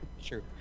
Sure